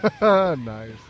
Nice